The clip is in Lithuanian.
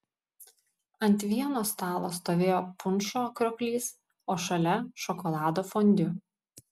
ant vieno stalo stovėjo punšo krioklys o šalia šokolado fondiu